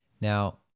Now